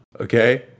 Okay